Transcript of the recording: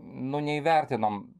nu neįvertinom